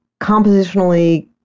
compositionally